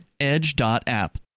edge.app